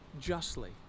justly